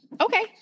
Okay